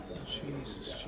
Jesus